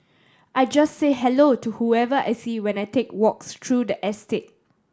I just say hello to whoever I see when I take walks through the estate